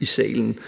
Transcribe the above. i salen.